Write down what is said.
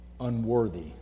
unworthy